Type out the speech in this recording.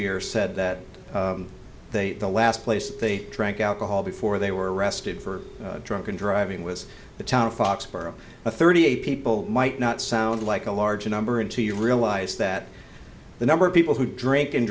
year said that they the last place they drank alcohol before they were arrested for drunken driving was the town of foxborough thirty eight people might not sound like a large number until you realize that the number of people who drink and